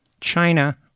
China